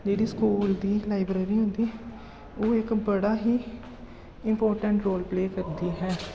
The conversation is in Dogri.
जेह्ड़ी स्कूल दी लाइब्रेरी होंदी ओह् इक बड़ा ही इमपार्टैंट रोल प्ले करदी है